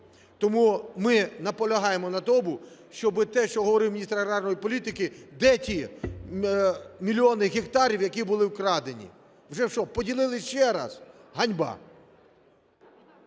Тому ми наполягаємо на тому, щоби те, що говорив міністр аграрної політики… Де ті мільйони гектарів, які були вкрадені? Вже що, поділили ще раз? Ганьба!